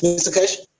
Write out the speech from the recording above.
mr keshe?